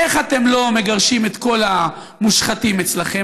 איך אתם לא מגרשים את כל המושחתים אצלכם?